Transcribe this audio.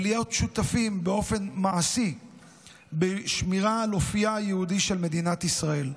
ולהיות שותפים באופן מעשי בשמירה על אופייה היהודי של מדינת ישראל.